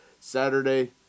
Saturday